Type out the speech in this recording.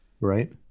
Right